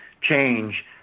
change